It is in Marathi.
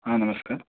हां नमस्कार